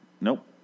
Nope